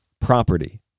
property